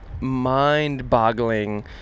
mind-boggling